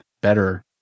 better